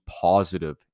positive